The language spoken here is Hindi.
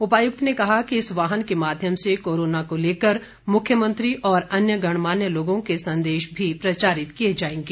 उपायुक्त ने कहा कि इस वाहन के माध्यम से कोरोना को लेकर मुख्यमंत्री और अन्य गणमान्य लोगों के संदेश भी प्रचारित किए जाएंगे